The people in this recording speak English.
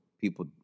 people